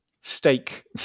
steak